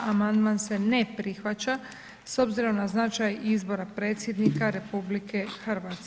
Amandman se ne prihvaća s obzirom na značaj izbora Predsjednika RH.